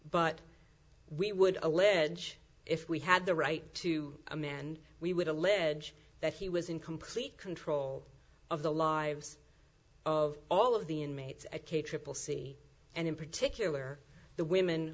but we would allege if we had the right to demand we would allege that he was in complete control of the lives of all of the inmates at k triple c and in particular the women